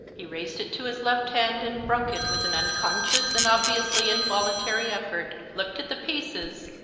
he raised it to his left hand and broke it with an unconscious and obviously involuntary eflbrt, looked at the pieces,